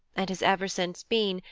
and has ever since been,